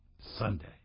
Sunday